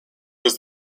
was